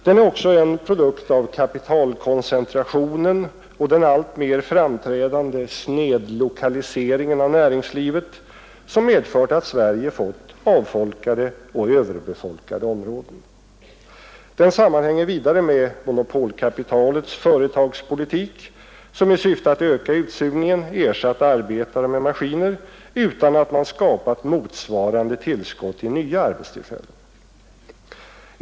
Den är också en produkt av kapitalkoncentrationen och den alltmer framträdande snedlokaliseringen av näringslivet, som medfört att Sverige fått avfolkade och överbefolkade områden. Den sammanhänger vidare med monopolkapitalets företagspolitik, som i syfte att öka utsugningen ersatt arbetare med maskiner utan att motsvarande tillskott i nya arbetstillfällen skapats.